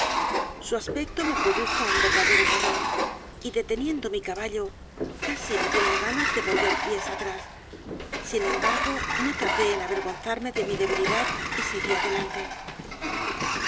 su aspecto me produjo un verdadero terror y deteniendo mi caballo casi me dieron ganas de volver pies a t r á s sin embargo no t a r d é en avergonzarme de mí debilidad y seguí a